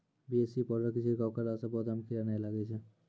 BAC powder के छिड़काव करला से पौधा मे कीड़ा नैय लागै छै?